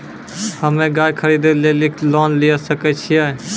हम्मे गाय खरीदे लेली लोन लिये सकय छियै?